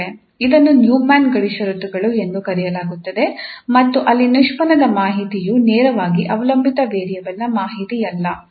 ಇದನ್ನು ನ್ಯೂಮನ್ ಗಡಿ ಷರತ್ತುಗಳು ಎಂದು ಕರೆಯಲಾಗುತ್ತದೆ ಮತ್ತು ಅಲ್ಲಿ ನಿಷ್ಪನ್ನದ ಮಾಹಿತಿಯು ನೇರವಾಗಿ ಅವಲಂಬಿತ ವೇರಿಯೇಬಲ್ನ ಮಾಹಿತಿಯಲ್ಲ